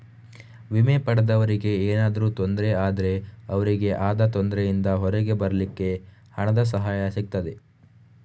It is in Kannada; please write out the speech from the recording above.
ವಿಮೆ ಪಡೆದವರಿಗೆ ಏನಾದ್ರೂ ತೊಂದ್ರೆ ಆದ್ರೆ ಅವ್ರಿಗೆ ಆದ ತೊಂದ್ರೆಯಿಂದ ಹೊರಗೆ ಬರ್ಲಿಕ್ಕೆ ಹಣದ ಸಹಾಯ ಸಿಗ್ತದೆ